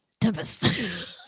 Tempest